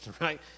right